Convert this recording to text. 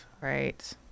Right